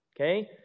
Okay